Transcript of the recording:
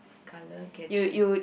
color catching